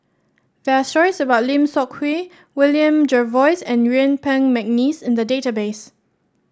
there are stories about Lim Seok Hui William Jervois and Yuen Peng McNeice in the database